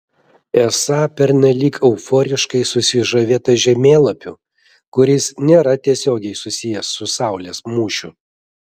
esą pernelyg euforiškai susižavėta žemėlapiu kuris nėra tiesiogiai susijęs su saulės mūšiu